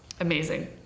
Amazing